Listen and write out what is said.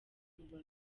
rubavu